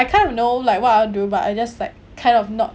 I kind of know like what I want to do but I just like kind of not